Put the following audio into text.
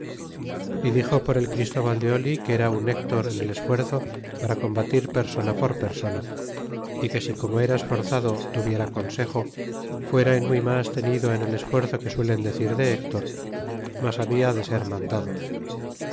y dixo por el christóval de oli que era un hector en el esfuerzo para combatir persona por persona y que si como era esforzado tuviera consejo fuera en muy mas tenido en el esfuerzo que suelen decir de hector mas habla de ser mandado